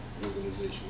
organization